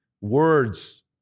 words